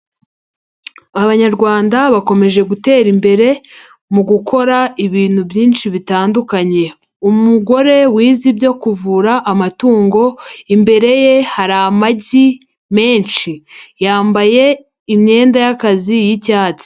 Abanyarwanda bakomeje gutera imbere, mu gukora ibintu byinshi bitandukanye, umugore wize ibyo kuvura amatungo, imbere ye hari amagi menshi, yambaye imyenda y'akazi y'icyatsi.